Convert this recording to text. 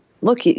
look